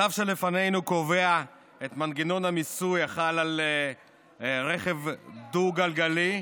הצו שלפנינו קובע את מנגנון המיסוי החל על רכב דו-גלגלי,